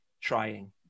Trying